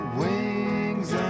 wings